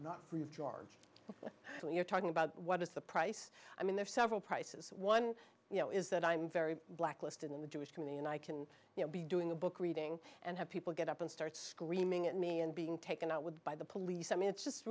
not free of charge when you're talking about what is the price i mean there are several prices one you know is that i'm very blacklisted in the jewish community and i can be doing the book reading and have people get up and start screaming at me and being taken out with by the police i mean it's just